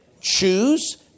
choose